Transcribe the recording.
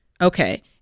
Okay